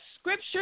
scripture